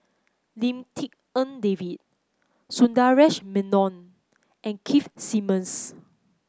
Lim Tik En David Sundaresh Menon and Keith Simmons